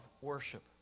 worship